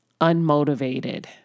unmotivated